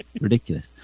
Ridiculous